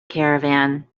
caravan